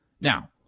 Now